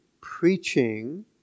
preaching